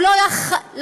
הוא אפילו לא היה יכול,